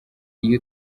iyo